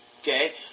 Okay